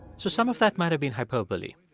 so some of that might have been hyperbole.